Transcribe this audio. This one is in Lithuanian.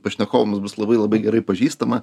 pašnekovams bus labai labai gerai pažįstama